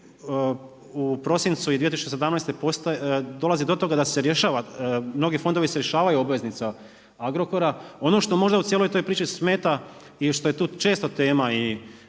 u prosincu i 2017. dolazi do toga da se rješava, mnogi fondovi se rješavaju obveznica Agrokora. Ono što možda u cijeloj toj priči smeta i što je tu često tema i